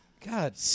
God